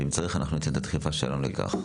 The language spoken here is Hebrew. ואם צריך אנחנו ניתן את הדחיפה שלנו לכך.